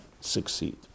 succeed